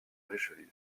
richelieu